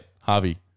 Harvey